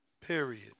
period